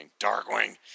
Darkwing